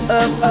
up